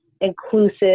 inclusive